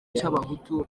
cy’abahutu